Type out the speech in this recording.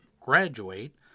graduate